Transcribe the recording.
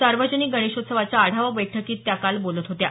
सार्वजनिक गणेशोत्सवाच्या आढावा बैठकीत त्या काल बोलत होत्या